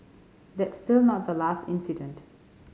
that's still not the last incident